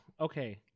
Okay